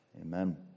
Amen